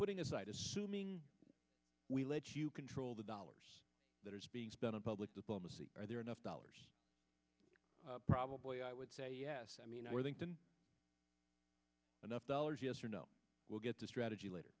putting aside assuming we let you control the dollars that is being spent on public diplomacy are there enough dollars probably i would say yes i mean where that than enough dollars yes or no will get the strategy later